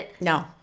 No